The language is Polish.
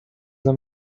dla